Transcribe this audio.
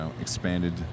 expanded